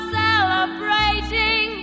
celebrating